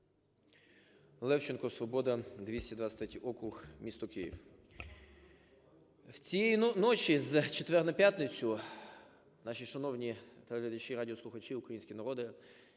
Левченко, "Свобода". 223 округ , місто Київ.